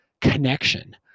connection